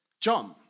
John